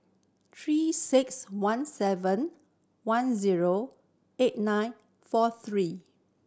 Three Six One seven one zero eight nine four three